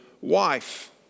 wife